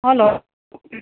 hello